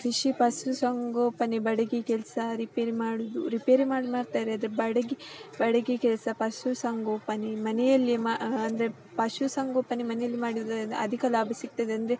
ಕೃಷಿ ಪಶುಸಂಗೋಪನೆ ಬಡಗಿ ಕೆಲಸ ರಿಪೇರಿ ಮಾಡುವುದು ರಿಪೇರಿ ಮಾಡುದು ಮಾಡ್ತಾರೆ ಆದರೆ ಬಡಗಿ ಬಡಗಿ ಕೆಲಸ ಪಶುಸಂಗೋಪನೆ ಮನೆಯಲ್ಲಿ ಮಾ ಅಂದರೆ ಪಶುಸಂಗೋಪನೆ ಮನೆಯಲ್ಲಿ ಮಾಡಿದರೆ ಅಧಿಕ ಲಾಭ ಸಿಗ್ತದೆ ಅಂದರೆ